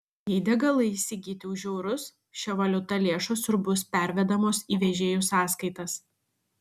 jei degalai įsigyti už eurus šia valiuta lėšos ir bus pervedamos į vežėjų sąskaitas